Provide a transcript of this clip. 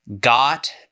got